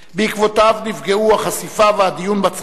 בעקבותיו נפגעו החשיפה והדיון בצרכים